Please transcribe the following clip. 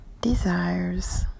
desires